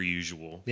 usual